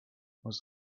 was